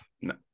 no